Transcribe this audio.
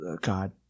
God